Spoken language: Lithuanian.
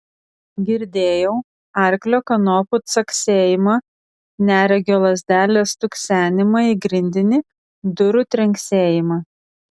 girdėjau arklio kanopų caksėjimą neregio lazdelės stuksenimą į grindinį durų trinksėjimą